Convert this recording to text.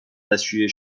دستشویی